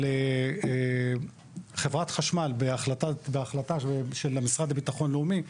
אבל חברת חשמל, בהחלטה של המשרד לביטחון לאומי,